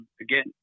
Again